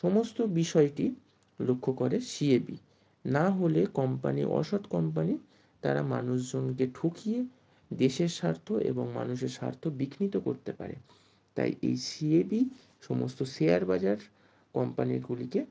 সমস্ত বিষয়টি লক্ষ্য করে সিএবি নাহলে কম্পানি অসৎ কম্পানি তারা মানুষজনকে ঠকিয়ে দেশের স্বার্থ এবং মানুষের স্বার্থ বিঘ্নিত করতে পারে তাই এই সিএবি সমস্ত শেয়ার বাজার কম্পানিগুলিকে